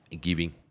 giving